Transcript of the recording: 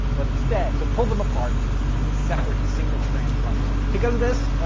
but instead to pull them apart into separate single-strand chromosomes. because of this,